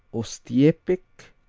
ostiepek,